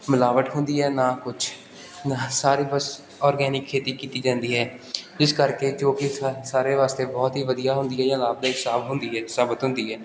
ਮਿਲਾਵਟ ਹੁੰਦੀ ਹੈ ਨਾ ਕੁਛ ਨਾ ਸਾਰੇ ਬਸ ਔਰਗੈਨਿਕ ਖੇਤੀ ਕੀਤੀ ਜਾਂਦੀ ਹੈ ਇਸ ਕਰਕੇ ਜੋ ਕਿ ਸਾ ਸਾਰੇ ਵਾਸਤੇ ਬਹੁਤ ਹੀ ਵਧੀਆ ਹੁੰਦੀ ਹੈ ਜਾਂ ਲਾਭਦਾਇਕ ਸਾ ਹੁੰਦੀ ਹੈ ਸਾਬਤ ਹੁੰਦੀ ਹੈ